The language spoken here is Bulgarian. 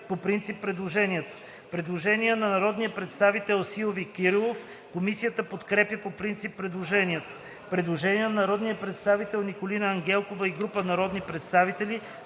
по принцип предложението. Предложение на народния представител Силви Кирилов. Комисията подкрепя по принцип предложението. Предложение на народния представител Николина Ангелкова и група народни представители.